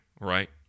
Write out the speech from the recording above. right